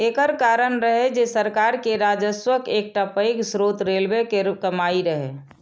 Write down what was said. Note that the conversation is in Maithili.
एकर कारण रहै जे सरकार के राजस्वक एकटा पैघ स्रोत रेलवे केर कमाइ रहै